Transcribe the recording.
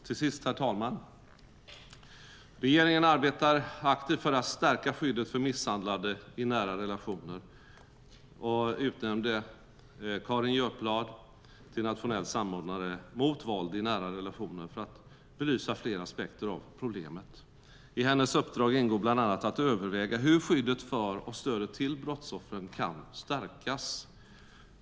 Till sist, herr talman, vill jag säga att regeringen arbetar aktivt för att stärka skyddet för misshandlade i nära relationer och utnämnde Carin Götblad till nationell samordnare mot våld i nära relationer för att hon skulle belysa flera aspekter av problemet. I hennes uppdrag ingår bland annat att överväga hur skyddet för och stödet till brottsoffren kan stärkas.